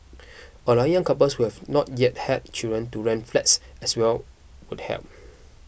allowing young couples who have not yet had children to rent flats as well would help